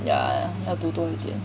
yeah yeah 要读多一点